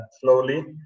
slowly